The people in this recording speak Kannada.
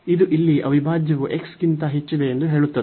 ಇದು ಇಲ್ಲಿ ಅವಿಭಾಜ್ಯವು x ಗಿಂತ ಹೆಚ್ಚಿದೆ ಎಂದು ಹೇಳುತ್ತದೆ